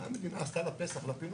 מה המדינה עשתה --- לפינוי?